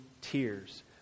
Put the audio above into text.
tears